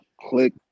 click